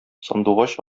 сандугач